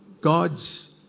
God's